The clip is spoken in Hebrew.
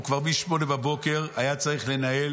הוא כבר מ-08:00 היה צריך לנהל